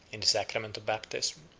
in the sacrament of baptism,